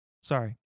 sorry